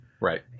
Right